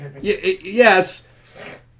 Yes